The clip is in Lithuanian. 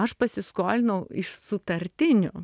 aš pasiskolinau iš sutartinių